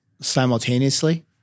simultaneously